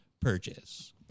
purchase